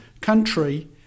country